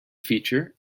feature